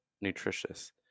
nutritious